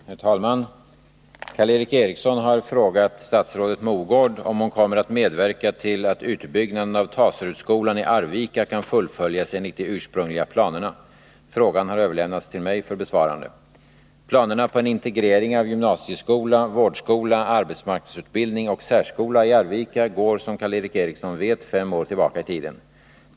Herr talman! Karl Erik Eriksson har frågat statsrådet Mogård om hon kommer att medverka till att utbyggnaden av Taserudsskolan i Arvika kan fullföljas enligt de ursprungliga planerna. Frågan har överlämnats till mig för besvarande. Planerna på en integrering av gymnasieskola, vårdskola, arbetsmarknadsutbildning och särskola i Arvika går som Karl Erik Eriksson vet fem år tillbaka i tiden.